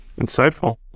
insightful